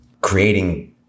creating